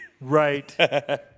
right